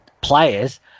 players